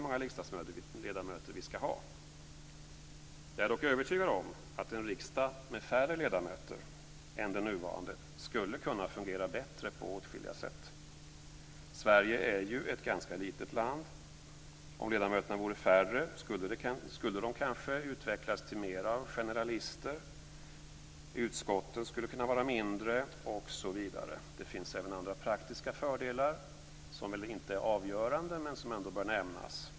Jag är dock övertygad om att en riksdag med färre ledamöter än den nuvarande skulle kunna fungera bättre på åtskilliga sätt. Sverige är ju ett ganska litet land. Om ledamöterna vore färre skulle de kanske utvecklas till mer av generalister, utskotten skulle kunna vara mindre osv. Det finns även andra praktiska fördelar, som väl inte är avgörande men som ändå bör nämnas.